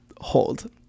hold